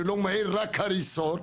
ש- --- רק הריסות,